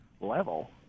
level